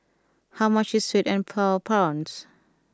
how much is Sweet and Sour Prawns